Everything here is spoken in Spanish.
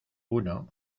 uno